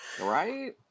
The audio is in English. Right